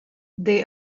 they